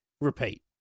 repeat